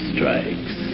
Strikes